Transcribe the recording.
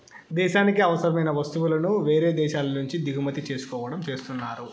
దేశానికి అవసరమైన వస్తువులను వేరే దేశాల నుంచి దిగుమతి చేసుకోవడం చేస్తున్నారు